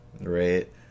right